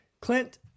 Clint